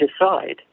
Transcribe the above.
decide